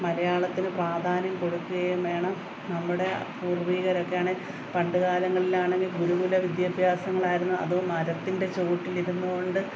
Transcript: മലയാളത്തിന് പ്രാധാന്യം കൊടുക്കുകയും വേണം നമ്മുടെ പൂർവ്വീകരൊക്കെ ആണെ പണ്ട് കാലങ്ങളിലാണെങ്കിൽ ഗുരുകുല വിദ്യാഭ്യാസങ്ങളായിരുന്നു അതും മരത്തിന്റെ ചുവട്ടിലിരുന്നു കൊണ്ട്